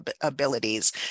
abilities